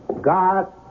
God